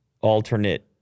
alternate